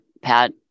Pat